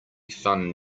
fun